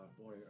boy